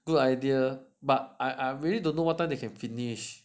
good idea but I I really don't know what time they can finish